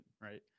right